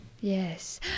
Yes